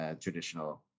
traditional